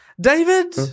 David